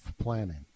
planning